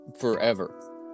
forever